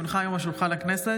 כי הונחה היום על שולחן הכנסת,